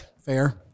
fair